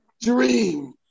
dream